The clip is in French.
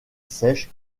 sèche